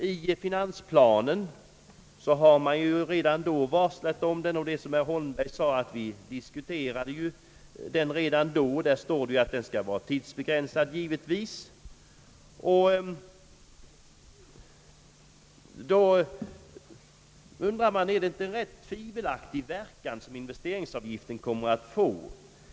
I finansplanen har man ju redan varslat om den, och vi har, som herr Holmberg sade, diskuterat den tidigare. I finansplanen står att avgiften skall vara tidsbegränsad. Jag undrar då, om inte investeringsavgiften kommer att få en rätt tvivelaktig verkan.